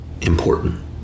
important